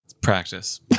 Practice